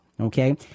okay